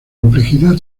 complejidad